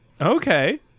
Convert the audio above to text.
Okay